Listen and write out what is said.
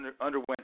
underwent